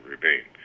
remain